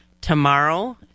Tomorrow